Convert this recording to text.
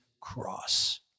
cross